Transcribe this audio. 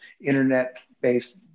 internet-based